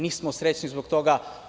Nismo srećni zbog toga.